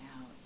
out